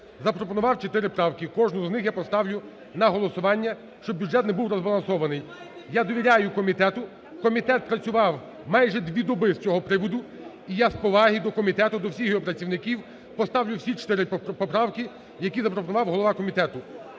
запропонував 4 правки, кожну з них я поставлю на голосування, щоб бюджет не був розбалансований. Я довіряю комітету, комітет працював майже дві доби з цього приводу. І я з поваги до комітету, до всіх його працівників поставлю всі 4 поправки, які запропонував голова комітету.